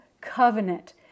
covenant